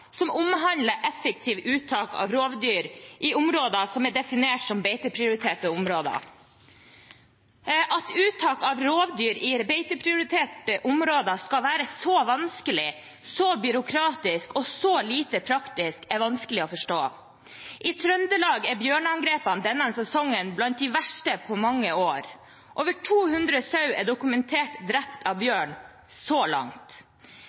som omhandler effektivt uttak av rovdyr i områder som er definert som beiteprioriterte områder. At uttak av rovdyr i beiteprioriterte områder skal være så vanskelig, så byråkratisk og så lite praktisk, er vanskelig å forstå. I Trøndelag er bjørneangrepene denne sesongen blant de verste på mange år. Over 200 sauer er dokumentert drept av bjørn så langt.